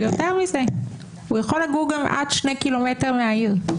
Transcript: יותר מזה, הוא יכול לגור גם עד שני קילומטר מהעיר.